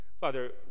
Father